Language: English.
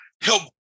help